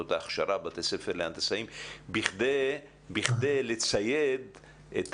מוסדות ההכשרה ובתי ספר להנדסאים בכדי לצייד את